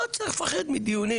לא צריך לפחד מדיונים.